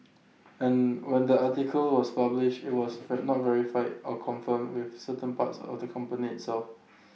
and when the article was published IT was not verified or confirmed with certain parts of the company itself